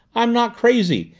i'm not crazy.